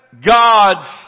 God's